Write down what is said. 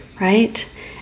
right